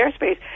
airspace